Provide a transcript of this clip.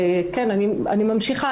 אני ממשיכה,